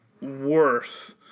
worth